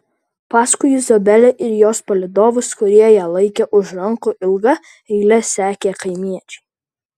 paskui izabelę ir jos palydovus kurie ją laikė už rankų ilga eile sekė kaimiečiai